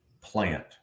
plant